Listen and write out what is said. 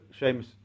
Seamus